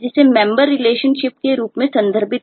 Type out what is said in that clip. जहां Library HAS Users